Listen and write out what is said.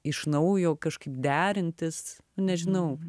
iš naujo kažkaip derintis nežinau